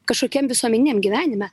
kažkokiam visuomeniniam gyvenime